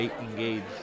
engaged